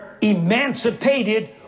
emancipated